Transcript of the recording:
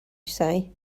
say